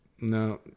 no